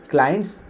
Clients